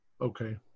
Okay